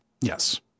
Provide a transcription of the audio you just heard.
Yes